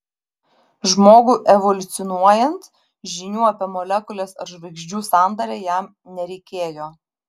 žmogui evoliucionuojant žinių apie molekules ar žvaigždžių sandarą jam nereikėjo